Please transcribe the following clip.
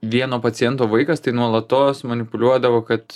vieno paciento vaikas tai nuolatos manipuliuodavo kad